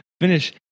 finish